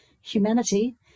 humanity